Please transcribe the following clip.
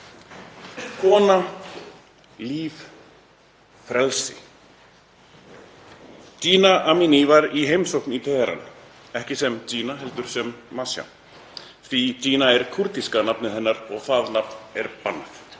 Kona, líf, frelsi. Jina Amini var í heimsókn í Teheran, ekki sem Jina heldur sem Mahsa því að Jina er kúrdíska nafnið hennar og það nafn er bannað.